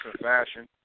fashion